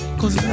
cause